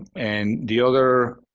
and the other